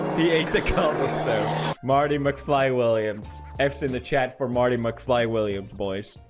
he ate the cover so marty mcfly williams f's in the chat for marty mcfly williams boys,